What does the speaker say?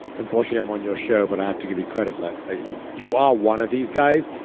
unfortunately i'm on your show but i have to give you credit. like ah you you are one of these guys.